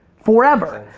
forever.